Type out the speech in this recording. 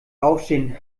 aufstehen